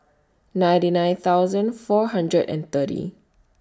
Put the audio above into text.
ninety nine thousand four hundred and thirty